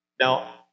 Now